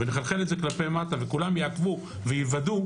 ונחלחל את זה כלפי מטה וכולם יעקבו ויוודאו,